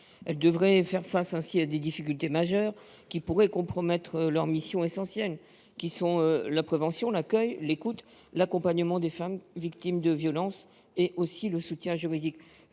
Elles devraient faire face à des difficultés majeures, qui pourraient compromettre les missions essentielles que sont la prévention, l’accueil, l’écoute et l’accompagnement des femmes victimes de violences, ainsi que le soutien juridique.